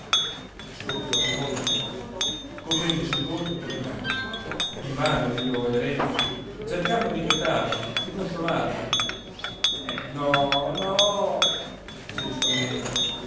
scoppiò di nuovo in pianto coprendosi il volto con le mani invano io e renzi cercammo di quietarlo di consolarlo no no ci rispondeva